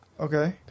Okay